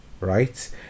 right